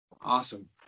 Awesome